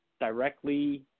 directly